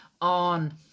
on